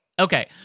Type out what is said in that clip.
Okay